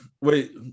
Wait